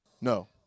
No